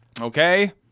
Okay